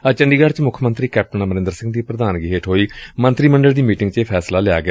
ਅੱਜ ਚੰਡੀਗੜ੍ ਚ ਮੁੱਖ ਮੰਤਰੀ ਕੈਪਟਨ ਅਮਰਿੰਦਰ ਸਿੰਘ ਦੀ ਪ੍ਧਾਨਗੀ ਹੇਠ ਹੋਈ ਮੰਤਰੀ ਮੰਡਲ ਦੀ ਮੀਟਿੰਗ ਚ ਇਹ ਫੈਸਲਾ ਲਿਆ ਗਿਆ